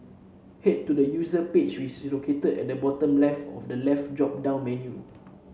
head to the User page which is located at the bottom left of the left drop down menu